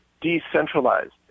decentralized